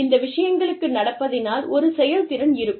இந்த விஷயங்களுக்கு நடப்பதினால் ஒரு செயல்திறன் இருக்கும்